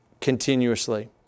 continuously